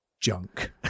junk